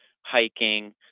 hiking